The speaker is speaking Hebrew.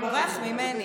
הוא בורח ממני.